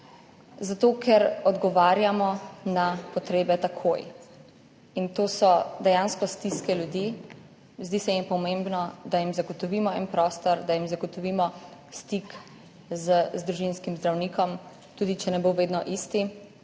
zato ker odgovarjamo na potrebe takoj in to so dejansko stiske ljudi. Zdi se mi pomembno, da jim zagotovimo en prostor, da jim zagotovimo stik z družinskim zdravnikom, tudi če ne bo vedno isti,